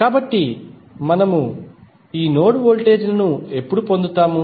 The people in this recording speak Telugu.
కాబట్టి మనము ఈ నోడ్ వోల్టేజ్ లను ఎప్పుడు పొందుతాము